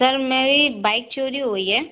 sir मेरी bike चोरी हुई है